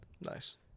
nice